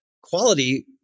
quality